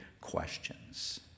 questions